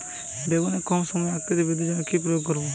বেগুনের কম সময়ে আকৃতি বৃদ্ধির জন্য কি প্রয়োগ করব?